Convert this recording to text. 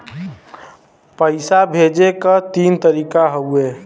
पइसा भेजे क तीन तरीका हउवे